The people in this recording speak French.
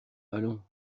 allons